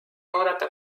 oodata